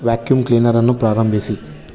vacuum ಕ್ಲೀನರನ್ನು ಪ್ರಾರಂಭಿಸಿ